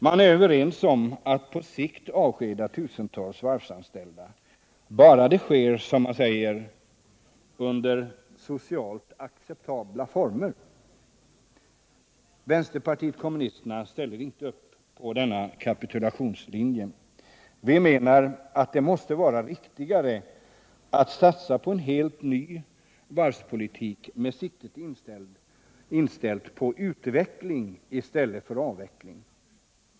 Man är överens om att på sikt avskeda tusentals varvsanställda bara det sker under, som man säger, socialt acceptabla former. Vänsterpartiet kommunisterna ställer inte upp på denna kapitulationslinje. Vi menar att det måste vara riktigare att satsa på en helt ny varvspolitik med siktet inställt på utveckling i stället för avveckling.